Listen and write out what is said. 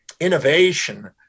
innovation